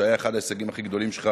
שהיה אחד ההישגים הכי גדולים שלך